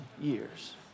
years